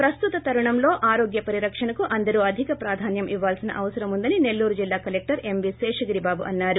ప్రస్తుత తరుణంలో ఆరోగ్య పరిరక్షణకు అందరూ అధిక ప్రాధాన్యం ఇవ్వాల్సిన అవసరముందని నెల్లూరు జిల్లా collector M V Seshagiri Babu అన్నారు